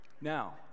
now